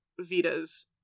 Vitas